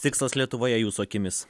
tikslas lietuvoje jūsų akimis